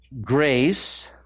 grace